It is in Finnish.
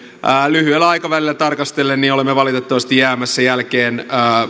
lyhyellä aikavälillä tarkastellen olemme valitettavasti jäämässä jälkeen